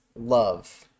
love